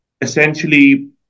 essentially